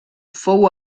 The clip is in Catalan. fou